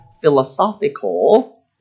philosophical